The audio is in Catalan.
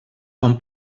hom